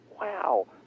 wow